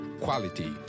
quality